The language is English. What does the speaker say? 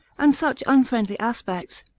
and such unfriendly aspects.